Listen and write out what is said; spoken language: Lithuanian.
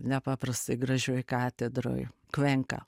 nepaprastai gražioj katedroj kvenka